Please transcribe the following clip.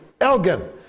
Elgin